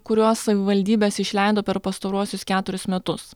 kuriuos savivaldybės išleido per pastaruosius keturis metus